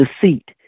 deceit